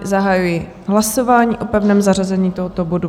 Zahajuji hlasování o pevném zařazení tohoto bodu.